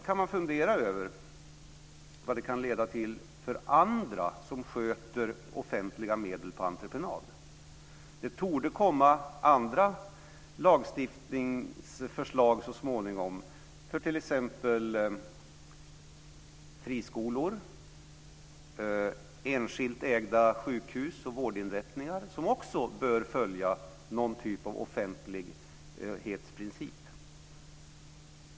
Man kan fundera över vad det kan leda till för andra som sköter offentliga medel på entreprenad. Det torde komma andra lagstiftningsförslag så småningom för t.ex. friskolor, enskilt ägda sjukhus och vårdinrättningar. De bör också följa någon typ av offentlighetsprincip.